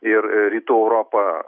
ir rytų europa